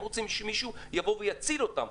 הם רוצים שמישהו יציל אותם,